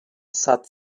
sat